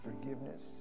forgiveness